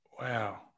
Wow